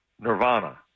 nirvana